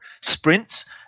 sprints